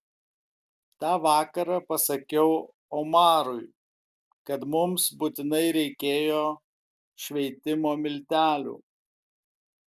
tą vakarą pasakiau omarui kad mums būtinai reikėjo šveitimo miltelių